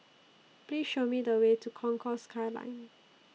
Please Show Me The Way to Concourse Skyline